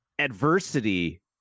adversity